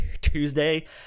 Tuesday